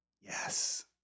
yes